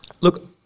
Look